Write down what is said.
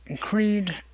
Creed